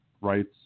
rights